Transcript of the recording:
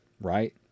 Right